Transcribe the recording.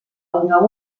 una